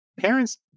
parents